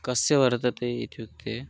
कस्य वर्तते इत्युक्ते